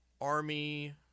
Army